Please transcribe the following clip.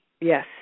Yes